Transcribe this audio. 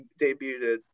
debuted